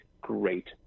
great